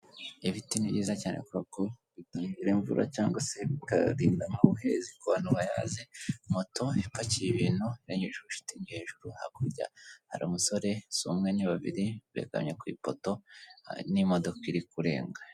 Ibiti ni byiza cyane kuko biduha imvura cyangwa se bikamo ubuhezi ku bayazi moto yapakiye ibintu yanyuje ubushitigi hejuru hakurya hari umusore si umwe ni babiri begamye ku ipoto n'imodoka iri kurenga.